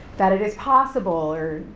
that it is possible or,